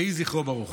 יהי זכרו ברוך.